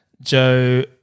Joe